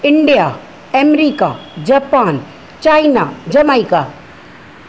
India America Japan China jamaica